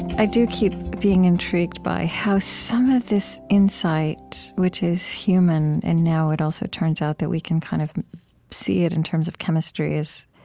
i do keep being intrigued by how some of this insight which is human, and now it also turns out that we can kind of see it and terms of chemistry, is